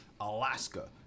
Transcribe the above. Alaska